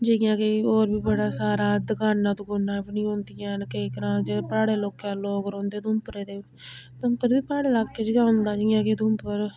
जियां कि होर बी बड़ा सारा दकानां दकुनां बी नी होंदियां न केईं ग्रांऽ च प्हाड़े लोकें लोक रौंह्दे उधमपुर दे उधमपुर बी प्हाड़ी लाके च गै औंदा जियां कि उधमपुर